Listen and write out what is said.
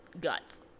guts